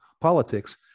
politics